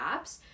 apps